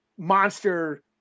monster